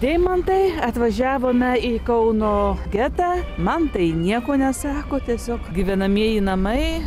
deimantai atvažiavome į kauno getą man tai nieko nesako tiesiog gyvenamieji namai